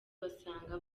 basanga